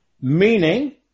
Meaning